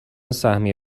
سهمیه